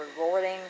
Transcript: rewarding